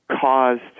caused